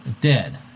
dead